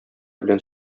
белән